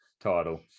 title